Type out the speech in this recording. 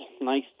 Nice